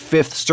Fifth